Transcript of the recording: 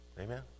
Amen